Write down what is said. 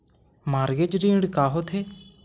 Mortgage ऋण का होथे?